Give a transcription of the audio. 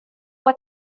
what